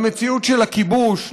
למציאות של הכיבוש,